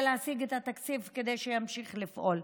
להשיג את התקציב כדי שהוא ימשיך לפעול.